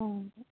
ഉം